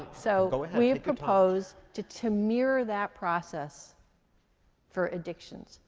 so we proposed to to mirror that process for addictions.